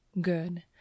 Good